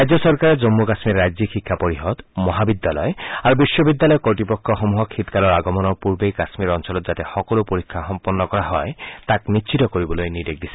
ৰাজ্য চৰকাৰে জম্মু কাশ্মীৰ ৰাজ্যিক শিক্ষা পৰিষদ মহাবিদ্যালয় আৰু বিশ্ববিদ্যালয়ৰ কৰ্তৃপক্ষ সমূহক শীতকালৰ আগমনৰ পূৰ্বেই কাশ্মীৰ অঞ্চলত যাতে সকলো পৰীক্ষা সম্পন্ন কৰা হয় তাক নিশ্চিত কৰিবলৈ নিৰ্দেশ দিছে